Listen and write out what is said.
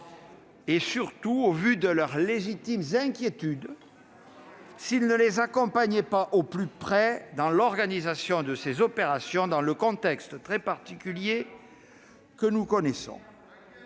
et, surtout, au vu de leurs légitimes inquiétudes, s'il ne les accompagnait pas au plus près dans l'organisation de ces opérations dans le contexte très particulier que nous connaissons.